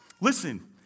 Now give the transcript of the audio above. Listen